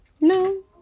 no